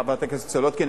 חברת הכנסת סולודקין,